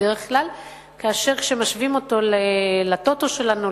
וכאשר משווים אותו ל"טוטו" שלנו,